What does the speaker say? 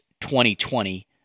2020